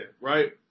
right